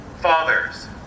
fathers